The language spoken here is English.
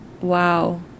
wow